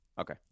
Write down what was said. Okay